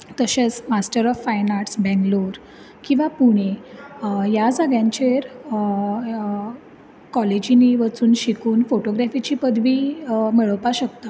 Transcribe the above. तशेंच master of fine arts Bangalore किंवां पुणे ह्या जाग्यांचेर कॉलेजिंनीं वचून शिकून फोटोग्रेफीची पदवी मेळोवपाक शकता